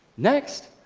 next,